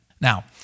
Now